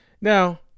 Now